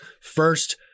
First